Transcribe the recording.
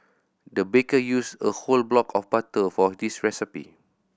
the baker used a whole block of butter for this recipe